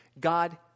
God